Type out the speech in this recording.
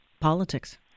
Politics